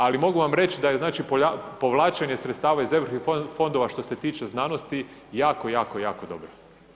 Ali, mogu vam reći, da je znači povlačenje sredstava iz europskih fondova što se tiče znanosti, jako jako jako dobro.